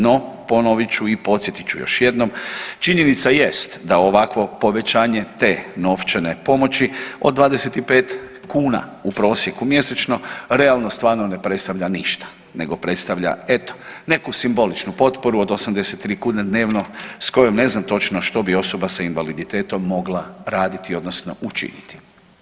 No, ponovit ću i podsjetit ću još jednom činjenica jest da ovakvo povećanje te novčane pomoći od 25 kuna u prosjeku mjesečno realno stvarno ne predstavlja ništa, nego predstavlja eto neku simboličnu potporu od 83 kune dnevno s kojom ne znam točno što bi osoba sa invaliditetom mogla raditi, odnosno učiniti.